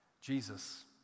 Jesus